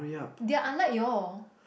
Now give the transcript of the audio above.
they are unlike you all